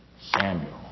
Samuel